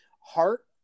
heart